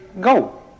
go